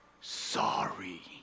Sorry